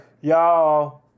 y'all